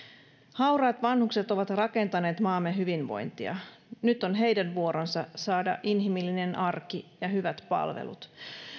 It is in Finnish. hauraat vanhukset ovat rakentaneet maamme hyvinvointia nyt on heidän vuoronsa saada inhimillinen arki ja hyvät palvelut